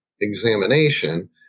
examination